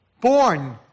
born